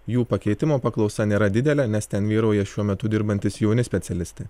jų pakeitimo paklausa nėra didelė nes ten vyrauja šiuo metu dirbantys jauni specialistai